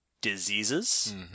diseases